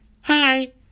Hi